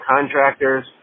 contractors